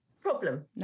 problem